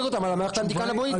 לרפואה על המערכת האנטי קנבואידית.